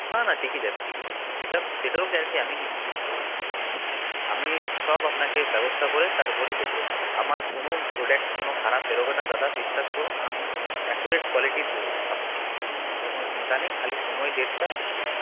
না না টিকে যাবে টিকে যাবে সেটাও সেটারও গ্যারেন্টি আমিই নিচ্ছি বললাম তো আপনাকে আমি সব আপনাকে ব্যবস্থা করে তারপরই দেব আমার কোন প্রোডাক্ট কোন খারাপ বেরোবে না দাদা বিশ্বাস করুন আমি অ্যাকুরেট কোয়ালিটির দেব আপনাকে সেটার কোন চিন্তা নেই খালি সময় ডেটটা